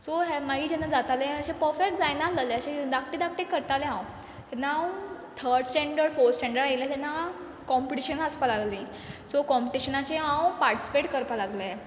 so हें माई जेन्ना जातालें अशें पर्फेक्ट जाय नासललें अशें धाकटें धाकटें करतालें हांव जेन्ना हांव थड स्टँडड फोत स्टँडड येयलें तेन्ना कॉम्प्टिशनां आसपा लागलीं सो कॉम्प्टिशनाचे हांव पार्टिसिपेट करपा लागलें